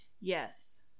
Yes